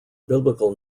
biblical